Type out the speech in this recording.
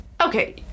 Okay